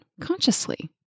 consciously